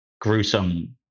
gruesome